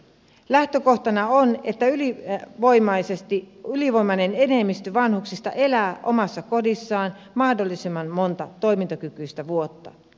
lähtökohtana on että ylivoimainen enemmistö vanhuksista elää omassa kodissaan mahdollisimman monta toimintakykyistä vuotta